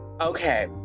okay